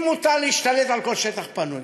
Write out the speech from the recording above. אם מותר להשתלט על כל שטח פנוי,